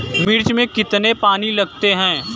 मिर्च में कितने पानी लगते हैं?